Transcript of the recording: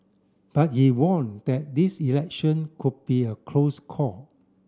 but he warned that this election could be a close call